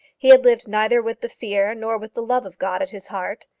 he had lived neither with the fear nor with the love of god at his heart.